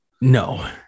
No